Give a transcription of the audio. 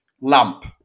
lamp